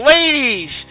Ladies